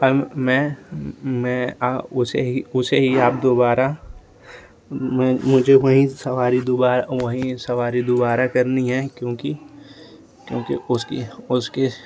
पर मैं उसे ही आप दोबारा मुझे वही सवारी दोबारा वही सवारी दोबारा करनी है क्योंकि क्योंकि उसकी